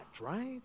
right